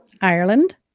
Ireland